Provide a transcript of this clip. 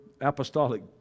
apostolic